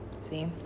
See